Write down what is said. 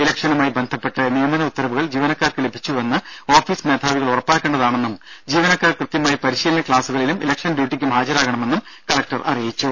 ഇലക്ഷനുമായി ബന്ധപ്പെട്ട് നിയമന ഉത്തരവുകൾ ജീവനക്കാർക്ക് ലഭിച്ചുവെന്ന് ഓഫീസ് മേധാവികൾ ഉറപ്പാക്കേണ്ടതാണെും ജീവനക്കാർ കൃത്യമായി പരിശീലന ക്ലാസുകളിലും ഇലക്ഷൻ ഡ്യൂട്ടിക്കും ഹാജരാകണമെന്നും കലക്ടർ അറിയിച്ചു